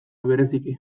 bereziki